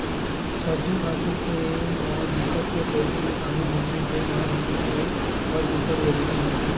सब्जी भाजी के म बिकट के प्रोटीन, बिटामिन होथे जेन ह मनखे बर बिकट जरूरी होथे